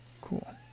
cool